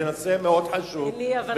זה נושא מאוד חשוב, תודה רבה.